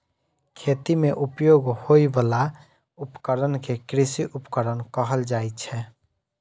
खेती मे उपयोग होइ बला उपकरण कें कृषि उपकरण कहल जाइ छै